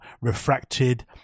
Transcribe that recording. Refracted